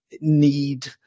need